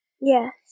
Yes